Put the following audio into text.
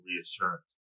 reassurance